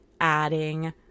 adding